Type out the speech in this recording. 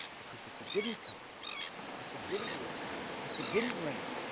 because if it didn't come if it didn't work if it didn't rain